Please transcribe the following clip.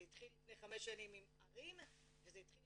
זה התחיל